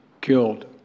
killed